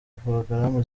porogaramu